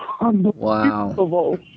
Wow